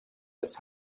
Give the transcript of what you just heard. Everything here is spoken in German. als